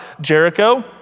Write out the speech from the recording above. Jericho